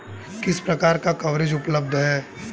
किस प्रकार का कवरेज उपलब्ध है?